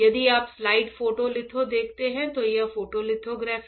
यदि आप slide photo litho देखते हैं तो यह फोटोलिथोग्राफी